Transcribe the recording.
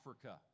Africa